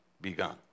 begun